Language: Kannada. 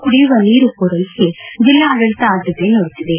ಕುಡಿಯುವ ನೀರು ಪೂರೈಕೆಗೆ ಜಿಲ್ಲಾಡಳಿತ ಆದ್ಭತೆ ನೀಡುತಿದೆ